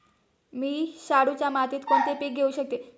मी शाडूच्या मातीत कोणते पीक घेवू शकतो?